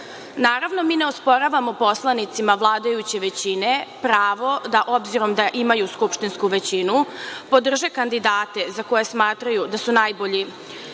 mi ne osporavamo poslanicima vladajuće većine pravo da obzirom da imaju skupštinsku većinu, podrže kandidate za koje smatraju da su najbolji